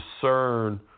discern